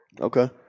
Okay